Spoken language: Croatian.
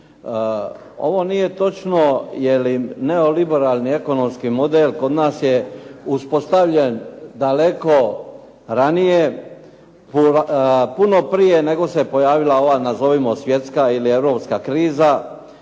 Ovo nije točno jer neoliberalni ekonomski model kod nas je uspostavljen daleko ranije, puno prije nego se pojavila ova nazovimo svjetska ili europska kriza.